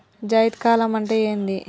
జైద్ కాలం అంటే ఏంది?